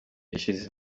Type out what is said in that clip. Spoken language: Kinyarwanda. ishize